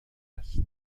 است